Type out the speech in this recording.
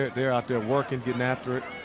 they're out there working, getting after it.